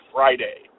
Friday